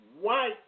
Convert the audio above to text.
white